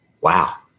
Wow